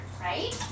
right